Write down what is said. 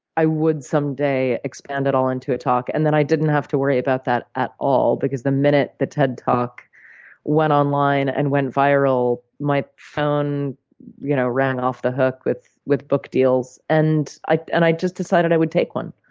i would someday expand it all into a talk. and then i didn't have to worry about that at all because the minute the ted talk went online and went viral, my phone you know rang off the hook with with book deals. and i and i just decided i would take one,